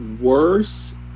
worse